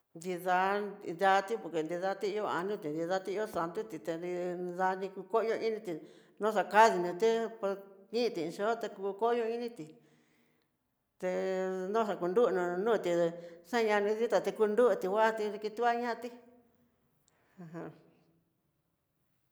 Nrida danti porque, nidanti ño añute nidati on xa'án tuté, tinrí dani koyo initi noxakadi nró té por inti xho te ko koyo initi te noxakunrunó noti xañani ditati kunruti nguati dikitua ñati ajan.